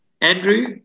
Andrew